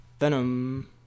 Venom